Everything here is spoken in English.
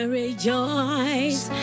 rejoice